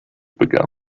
begun